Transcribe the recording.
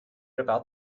about